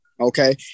okay